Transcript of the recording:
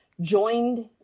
joined